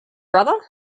brother